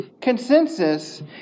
consensus